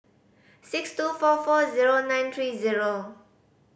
six two four four zero nine three zero